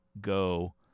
go